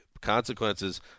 consequences